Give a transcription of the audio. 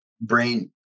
brain